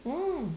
mm